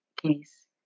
case